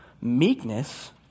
Meekness